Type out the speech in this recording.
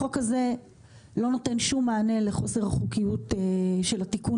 החוק הזה לא נותן שום מענה לחוסר החוקיות של התיקון